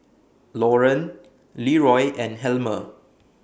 Lauren Leroy and Helmer